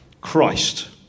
Christ